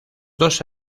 dos